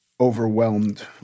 overwhelmed